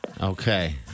Okay